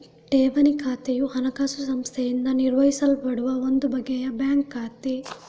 ಠೇವಣಿ ಖಾತೆಯು ಹಣಕಾಸು ಸಂಸ್ಥೆಯಿಂದ ನಿರ್ವಹಿಸಲ್ಪಡುವ ಒಂದು ಬಗೆಯ ಬ್ಯಾಂಕ್ ಖಾತೆ